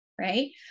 right